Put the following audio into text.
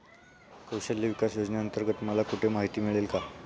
कौशल्य विकास योजनेअंतर्गत मला कुठे माहिती मिळेल?